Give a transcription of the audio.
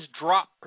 drop